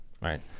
right